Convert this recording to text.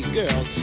girls